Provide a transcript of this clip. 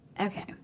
okay